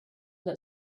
that